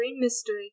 mystery